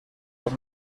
las